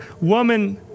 woman